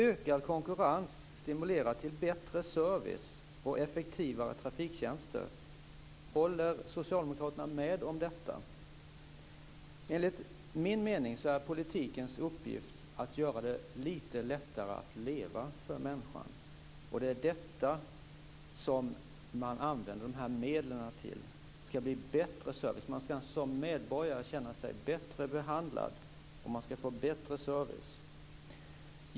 Ökad konkurrens stimulerar till bättre service och effektivare trafiktjänster. Håller Socialdemokraterna med om detta? Enligt min mening är politikens uppgift att göra det lite lättare för människor att leva. Och det är detta som man använder dessa medel till. Det skall bli bättre service. Man skall som medborgare känna sig bättre behandlad, och man skall få bättre service.